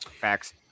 facts